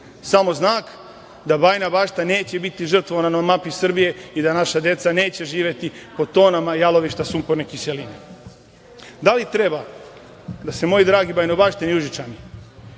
samo znak da Bajina Bašta neće biti žrtvovana na mapi Srbije i da naša deca neće živeti pod tonama jalovišta sumporne kiseline? Da li treba da, moji dragi Bajinobaštani i Užičani,